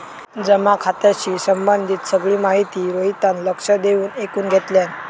जमा खात्याशी संबंधित सगळी माहिती रोहितान लक्ष देऊन ऐकुन घेतल्यान